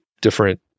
different